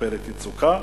"עופרת יצוקה"